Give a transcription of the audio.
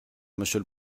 monsieur